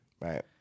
Right